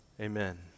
Amen